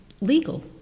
legal